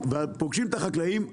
פוגשים את החקלאים,